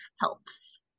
helps